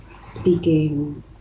speaking